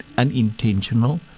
Unintentional